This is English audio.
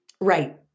Right